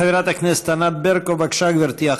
חברת הכנסת ענת ברקו, בבקשה, גברתי.